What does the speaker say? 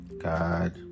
God